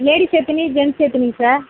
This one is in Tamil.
லேடிஸ் எத்தனை ஜென்ஸ் எத்தனை சார்